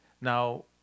Now